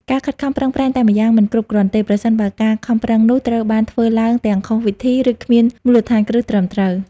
ការខិតខំប្រឹងប្រែងតែម្យ៉ាងមិនគ្រប់គ្រាន់ទេ ប្រសិនបើការប្រឹងប្រែងនោះត្រូវបានធ្វើឡើងទាំងខុសវិធី ឬគ្មានមូលដ្ឋានគ្រឹះត្រឹមត្រូវ។